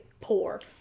poor